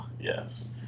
Yes